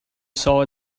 saw